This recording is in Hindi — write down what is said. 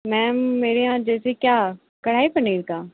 मैम मेरे यहाँ जैसे क्या कढ़ाई पनीर का